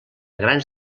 grans